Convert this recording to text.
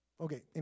okay